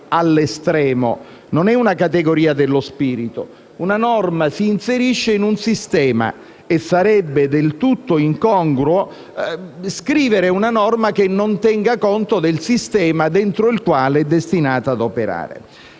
non è una categoria dello spirito. Una norma si inserisce in un sistema e sarebbe del tutto incongruo scrivere una norma che non tenesse conto del sistema dentro il quale è destinata a operare.